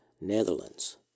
Netherlands